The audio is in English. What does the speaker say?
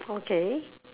okay